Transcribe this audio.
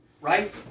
Right